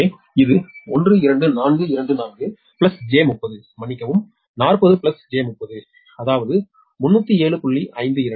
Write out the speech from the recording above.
எனவே இது 12424 j30 மன்னிக்கவும் 40 j 30 அதாவது 307